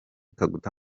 kaguta